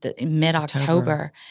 mid-October